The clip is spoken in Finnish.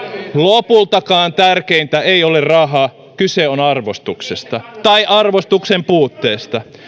lopultakaan tärkeintä ei ole raha kyse on arvostuksesta tai arvostuksen puutteesta